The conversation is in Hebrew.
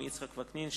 יצחק וקנין,